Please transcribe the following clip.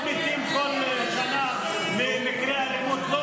יש מאות מתים כל שנה ממקרי אלימות.